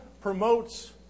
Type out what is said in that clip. promotes